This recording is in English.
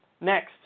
Next